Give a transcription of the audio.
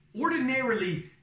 ordinarily